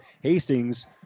Hastings